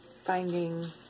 finding